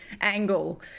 angle